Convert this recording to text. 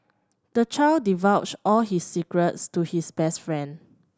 the child divulged all his secrets to his best friend